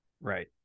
right